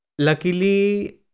luckily